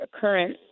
current